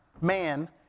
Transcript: man